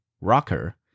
rocker